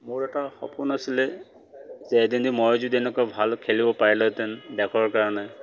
মোৰ এটা সপোন আছিলে যে এদিন যদি মই যদি তেনেকুৱা ভাল খেলিব পাৰিলোঁহেঁতেন দেশৰ কাৰণে